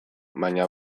baina